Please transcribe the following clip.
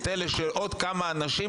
את אלה שעוד כמה אנשים,